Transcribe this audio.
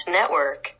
Network